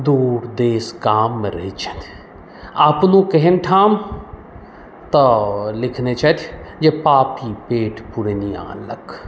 दूर देश काममे रहै छलै आ अपनो केहन ठाम तऽ लिखने छथि जे पापी पेट पुरइनिया लख